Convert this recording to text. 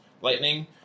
lightning